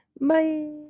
Bye